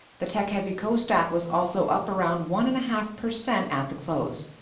the tech-heavy kosdaq was also up around one and a half percent at the close.